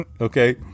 Okay